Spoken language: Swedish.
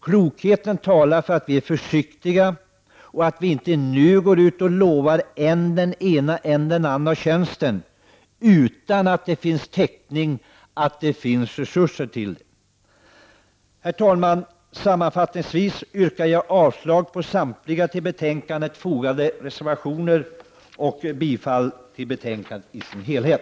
Klokheten talar för att vi är försiktiga och inte nu går ut och lovar än den ena, än den andra tjänsten utan att det finns resurser till det. Herr talman! Sammanfattningsvis yrkar jag avslag på samtliga till betänkandet fogade reservationer och bifall till utskottets hemställan i dess helhet.